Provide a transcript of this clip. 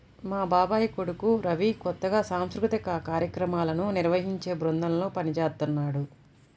మా బాబాయ్ కొడుకు రవి కొత్తగా సాంస్కృతిక కార్యక్రమాలను నిర్వహించే బృందంలో పనిజేత్తన్నాడు